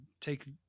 take